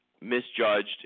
misjudged